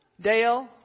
Dale